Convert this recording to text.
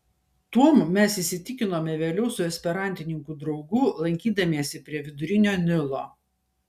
tuom mes įsitikinome vėliau su esperantininkų draugu lankydamiesi prie vidurinio nilo